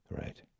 Right